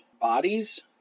bodies